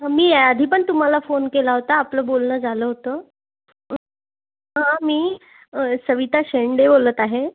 मी या आधी पण तुम्हाला फोन केला होता आपलं बोलणं झालं होतं ह मी सविता शेंडे बोलत आहे